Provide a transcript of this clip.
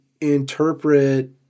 interpret